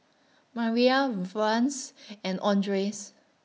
Mariyah Vance and Andres